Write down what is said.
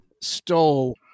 stole